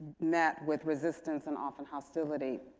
met with resistance and often hostility.